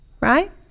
right